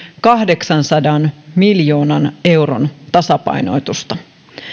kahdeksansadan miljoonan euron tasapainotusta